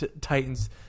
Titans